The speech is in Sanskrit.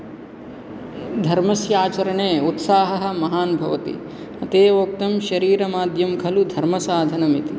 धर्मस्य आचरणे उत्साहः महान् भवति अत एव उक्तं शरीरमाध्यं खलु धर्मसाधनम् इति